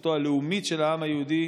זכותו הלאומית של העם היהודי